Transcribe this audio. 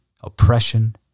oppression